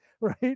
right